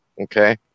okay